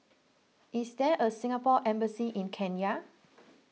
is there a Singapore Embassy in Kenya